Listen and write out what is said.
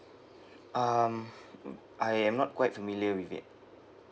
um I am not quite familiar with it